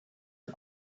and